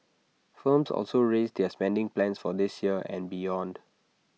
firms also raised their spending plans for this year and beyond